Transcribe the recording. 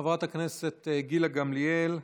חברת הכנסת גילה גמליאל,